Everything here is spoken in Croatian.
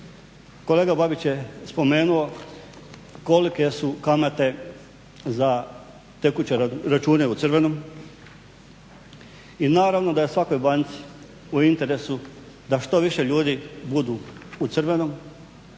Kolega Babić je spomenuo kolike su kamate za tekuće račune u crvenom i naravno da je svakoj banci u interesu da što više ljudi budu u crvenom